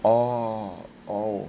orh orh